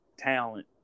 talent